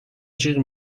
جیغ